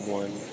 one